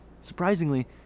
Surprisingly